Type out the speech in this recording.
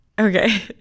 okay